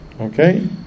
Okay